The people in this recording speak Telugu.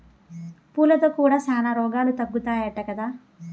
పూలతో కూడా శానా రోగాలు తగ్గుతాయట కదా